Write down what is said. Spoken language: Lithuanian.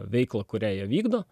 veiklą kurią jie vykdo